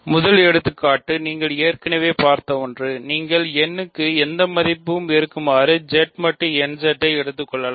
முதல் எடுத்துக்காட்டு நீங்கள் ஏற்கனவே பார்த்த ஒன்று நீங்கள் n க்கு எந்த மதிப்பும் இருக்குமாறும் Z மட்டு nZ ஐ எடுக்கலாம்